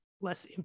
less